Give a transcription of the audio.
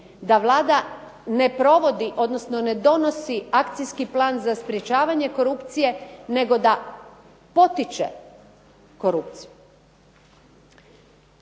da Vlada ne provodi, odnosno ne donosi akcijski plan za sprječavanje korupcije, nego da potiče korupciju.